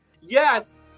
Yes